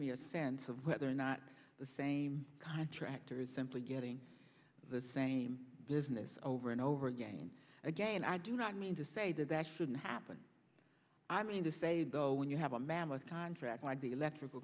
me a sense of whether or not the same contractor is simply getting the same business over and over again again i do not mean to say that that shouldn't happen i mean to say though when you have a mammoth time track like the electrical